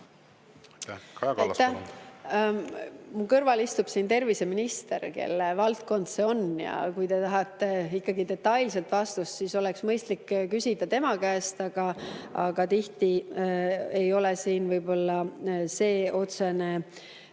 Mu kõrval istub terviseminister, kelle valdkond see on, ja kui te tahate detailset vastust, siis oleks mõistlik küsida tema käest. Aga tihti ei ole see siin võib-olla otsene